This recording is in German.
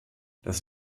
das